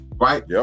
right